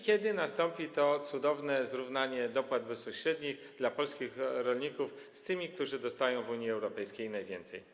Kiedy nastąpi to cudowne zrównanie dopłat bezpośrednich dla polskich rolników z dopłatami dla tych, którzy dostają w Unii Europejskiej najwięcej?